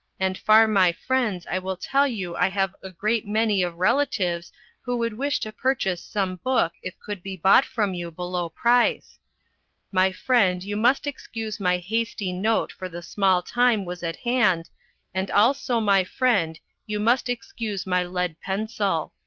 and far my friends i will tell you i have a great many of relitives who would wish to purchase some book if could be bought from you below price my frend you must excuse my hasty note for the small time was at hand and all so my frend you must excuse my led pensel.